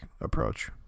approach